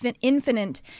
infinite